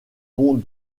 pont